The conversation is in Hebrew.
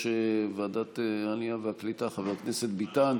ועדת העלייה והקליטה חבר הכנסת ביטן.